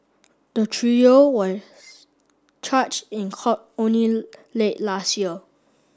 the trio was charged in court only late last year